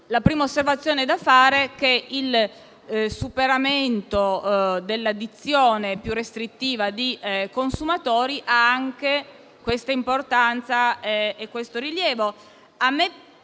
la prima osservazione da fare è che il superamento della dizione più restrittiva di «consumatori» ha anche importanza e un certo rilievo.